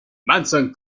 manson